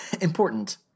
Important